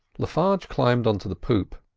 le farge climbed on to the poop.